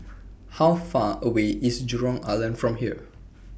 How Far away IS Jurong Island from here